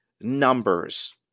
numbers